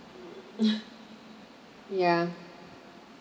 ya